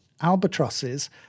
albatrosses